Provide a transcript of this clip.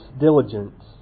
diligence